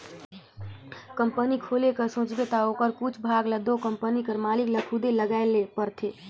company खोले कर सोचबे ता ओकर कुछु भाग ल दो कंपनी कर मालिक ल खुदे लगाए ले परथे